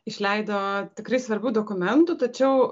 išleido tikrai svarbių dokumentų tačiau